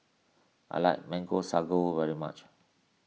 I like Mango Sago very much